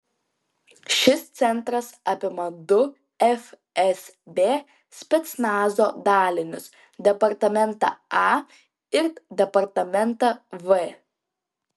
šis centras apima du fsb specnazo dalinius departamentą a ir departamentą v